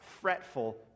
fretful